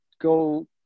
go